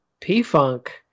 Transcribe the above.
p-funk